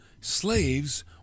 slaves